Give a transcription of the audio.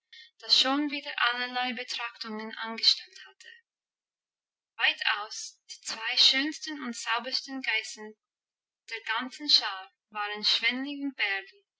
das schon wieder allerlei betrachtungen angestellt hatte weitaus die zwei schönsten und saubersten geißen der ganzen schar waren